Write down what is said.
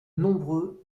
nombreux